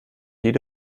jede